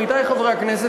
עמיתי חברי הכנסת,